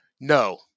No